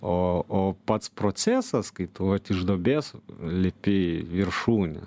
o o pats procesas kai tu vat iš duobės lipi į viršūnę